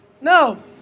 no